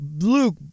Luke